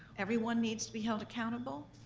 everyone needs to be held accountable,